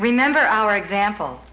remember our example